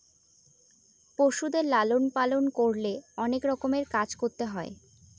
পশুদের লালন পালন করলে অনেক রকমের কাজ করতে হয়